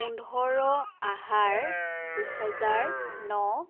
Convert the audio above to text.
পোন্ধৰ আহাৰ দুহেজাৰ ন